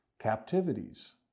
captivities